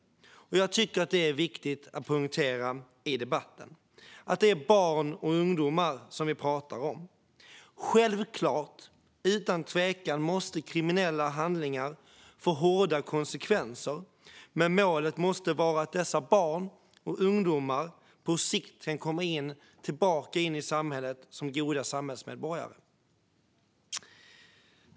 Jag tycker att det är viktigt att poängtera i debatten att det är barn och ungdomar vi pratar om. Självklart - utan tvekan - måste kriminella handlingar få hårda konsekvenser, men målet måste vara att dessa barn och ungdomar på sikt ska komma tillbaka in i samhället som goda samhällsmedborgare.